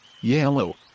Yellow